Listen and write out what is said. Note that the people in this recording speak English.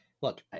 look